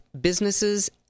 businesses